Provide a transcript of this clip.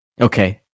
Okay